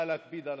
נא להקפיד על